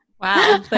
Wow